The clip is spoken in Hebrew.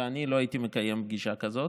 ואני לא הייתי מקיים פגישה כזאת.